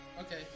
Okay